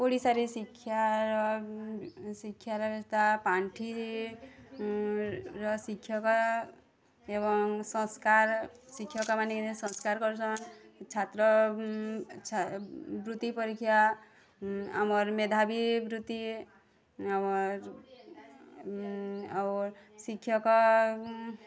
ଓଡ଼ିଶାରେ ଶିକ୍ଷାର ଶିକ୍ଷାର ବ୍ୟବସ୍ଥା ପାଣ୍ଠି ର ଶିକ୍ଷକ ଏବଂ ସଂସ୍କାର୍ ଶିକ୍ଷକମାନେ ସଂସ୍କାର୍ କରୁଛନ୍ ଛାତ୍ର ବୃତ୍ତି ପରୀକ୍ଷା ଆମର୍ ମେଧାବୀ ବୃତ୍ତି ଆମର୍ ଔର୍ ଶିକ୍ଷକ